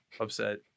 upset